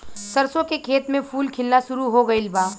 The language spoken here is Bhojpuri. सरसों के खेत में फूल खिलना शुरू हो गइल बा